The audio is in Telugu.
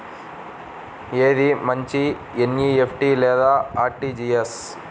ఏది మంచి ఎన్.ఈ.ఎఫ్.టీ లేదా అర్.టీ.జీ.ఎస్?